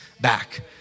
back